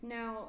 Now